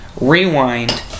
Rewind